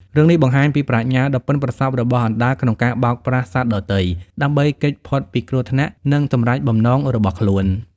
រឿងនេះបង្ហាញពីប្រាជ្ញាដ៏ប៉ិនប្រសប់របស់អណ្ដើកក្នុងការបោកប្រាស់សត្វដទៃ ដើម្បីគេចផុតពីគ្រោះថ្នាក់ និងសម្រេចបំណងរបស់ខ្លួន។